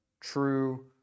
true